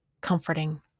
comforting